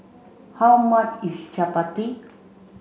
how much is Chappati